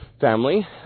family